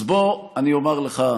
אז בוא, אני אומר לך,